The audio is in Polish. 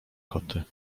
koty